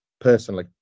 personally